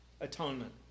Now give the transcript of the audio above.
atonement